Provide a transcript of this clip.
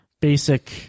basic